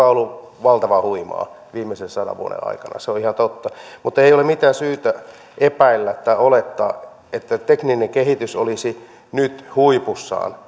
ollut valtavan huimaa viimeisten sadan vuoden aikana se on ihan totta mutta ei ole mitään syytä epäillä tai olettaa että tekninen kehitys olisi nyt huipussaan